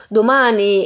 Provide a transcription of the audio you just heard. domani